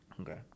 Okay